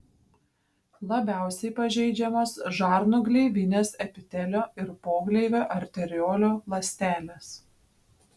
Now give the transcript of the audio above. labiausiai pažeidžiamos žarnų gleivinės epitelio ir pogleivio arteriolių ląstelės